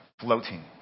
floating